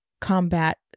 combat